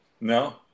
No